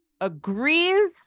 Agrees